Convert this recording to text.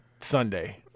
Sunday